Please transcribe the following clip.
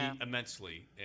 immensely